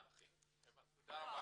תודה.